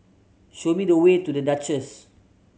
show me the way to The Duchess